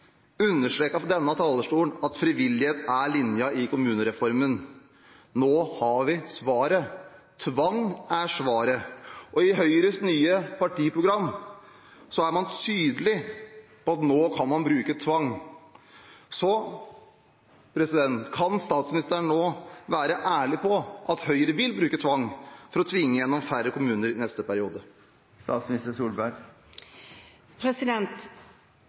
fra denne talerstolen at frivillighet er linjen i kommunereformen. Nå har vi svaret – tvang er svaret. I Høyres nye partiprogram er man tydelig på at nå kan man bruke tvang. Kan statsministeren nå være ærlig på at Høyre vil bruke tvang, og vil tvinge igjennom færre kommuner i neste periode?